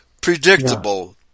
predictable